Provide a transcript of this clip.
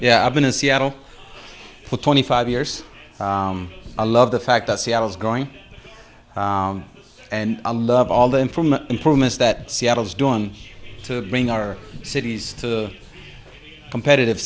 yeah i've been a seattle put twenty five years i love the fact that seattle is going and i love all them from the improvements that seattle's done to bring our cities to competitive